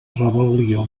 rebel·lió